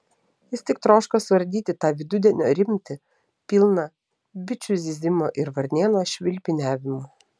jis tik troško suardyti tą vidudienio rimtį pilną bičių zyzimo ir varnėno švilpiniavimų